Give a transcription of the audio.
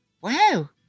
Wow